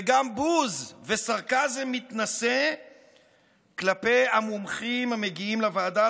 וגם בבוז וסרקזם מתנשא כלפי המומחים המגיעים לוועדה,